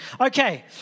Okay